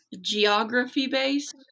geography-based